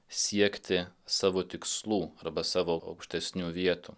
siekti savo tikslų arba savo aukštesnių vietų